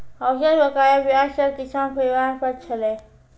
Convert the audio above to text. औसत बकाया ब्याज सब किसान परिवार पर छलै